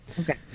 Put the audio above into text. Okay